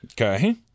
Okay